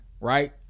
right